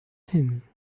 him